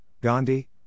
Gandhi